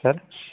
sir